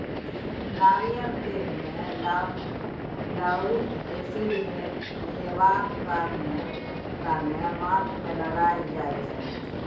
नारियल तेल मे लाउरिक एसिड हेबाक कारणेँ माथ मे लगाएल जाइ छै